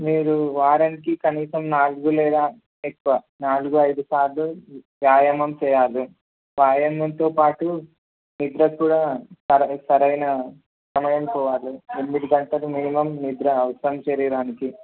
మీరు వారానికి కనీసం నాలుగు లేదా ఎక్కువ నాలుగు ఐదు సార్లు వ్యాయామం చేయాలి వ్యాయామంతో పాటు నిద్ర కూడా సర సరైన సమయం పోవాలి ఎనిమిది గంటలు మినిమం నిద్ర అవసరం శరీరానికి